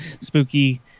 spooky